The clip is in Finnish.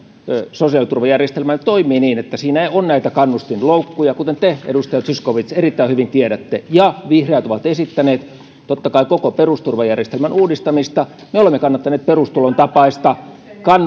sosiaaliturvajärjestelmä toimii niin että siinä on näitä kannustinloukkuja kuten te edustaja zyskowicz erittäin hyvin tiedätte ja vihreät ovat esittäneet totta kai koko perusturvajärjestelmän uudistamista me olemme kannattaneet perustulon tapaista